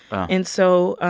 and so